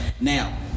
Now